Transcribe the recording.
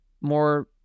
more